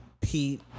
Pete